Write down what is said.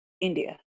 India